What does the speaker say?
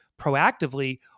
proactively